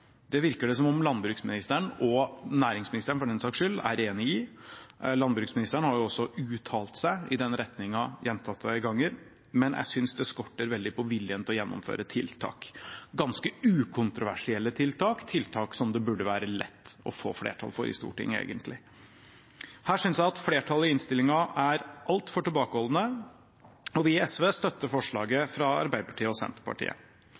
Det virker det som om landbruksministeren – og næringsministeren for den saks skyld – er enig i. Landbruksministeren har også uttalt seg i den retningen gjentatte ganger, men jeg synes det skorter veldig på viljen til å gjennomføre tiltak – ganske ukontroversielle tiltak, tiltak som det egentlig burde være lett å få flertall for i Stortinget. Her synes jeg at flertallet i innstillingen er altfor tilbakeholdne. Vi i SV støtter forslaget fra Arbeiderpartiet og Senterpartiet.